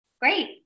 Great